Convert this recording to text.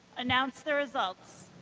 announce the results.